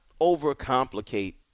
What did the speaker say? overcomplicate